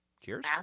Cheers